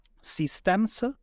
systems